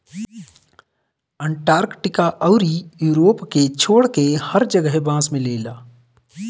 Antarctica अउरी Europe के छोड़के हर जगह बांस मिलेला